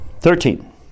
Thirteen